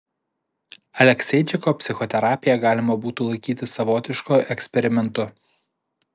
alekseičiko psichoterapiją galima būtų laikyti savotišku eksperimentu